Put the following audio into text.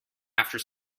after